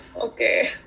okay